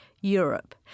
Europe